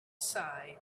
sigh